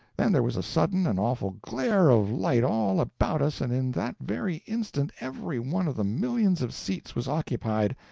then there was a sudden and awful glare of light all about us, and in that very instant every one of the millions of seats was occupied,